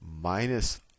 minus